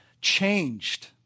changed